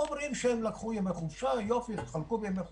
הם חלקו ימי חופשה,